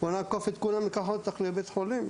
בואי נעקוף את כולם וניקח אותך לבית חולים.